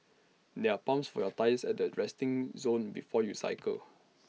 there are pumps for your tyres at the resting zone before you cycle